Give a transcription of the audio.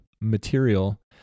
material